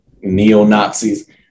neo-Nazis